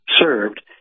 served